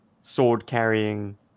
sword-carrying